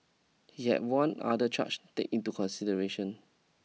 he had one other charge take into consideration